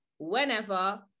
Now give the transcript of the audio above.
whenever